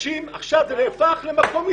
זה נהפך כך למקום עסקי,